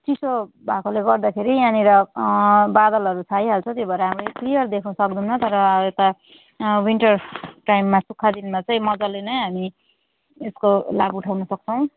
चिसो भएकोले गर्दाखेरि यहाँनिर बादलहरू छाइहाल्छ त्यो भएर हामी क्लियर देख्नु सक्दैनौँ तर यता विन्टर टाइममा सुक्खा दिनमा चाहिँ मज्जाले नै हामी यसको लाभ उठाउनु सक्छौँ